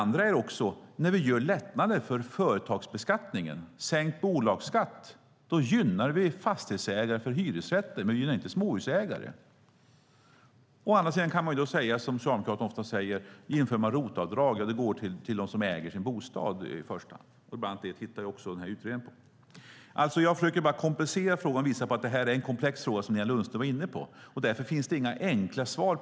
När vi gör lättnader för företagsbeskattningen, sänkt bolagsskatt, gynnar vi också fastighetsägare av hyresrätter, men vi gynnar inte småhusägare. Å andra sidan, som Socialdemokraterna ofta säger, har det införts ROT-avdrag som i första hand går till dem som äger sin bostad. Utredningen tittar bland annat på det också. Jag försöker komplicera frågan och, som Nina Lundström var inne på, visa att det är en komplex fråga. Därför finns det inga enkla svar.